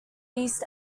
east